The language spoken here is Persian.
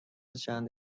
چند